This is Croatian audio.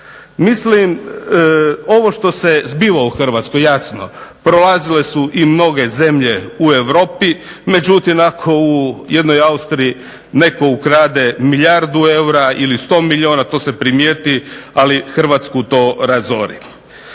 Mislim ovo što se zbiva u HRvatskoj, jasno, prolazile su i mnoge zemlje u Europi. Međutim, ako u jednoj Austriji netko ukrade milijardu eura ili sto milijuna to se primjeti, ali Hrvatsku to razori.